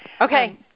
Okay